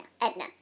Edna